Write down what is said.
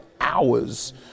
hours